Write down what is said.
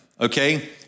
okay